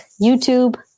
YouTube